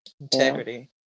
Integrity